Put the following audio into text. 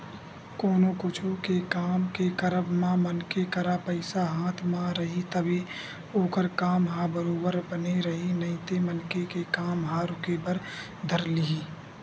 कोनो कुछु के काम के करब म मनखे करा पइसा हाथ म रइही तभे ओखर काम ह बरोबर बने रइही नइते मनखे के काम ह रुके बर धर लिही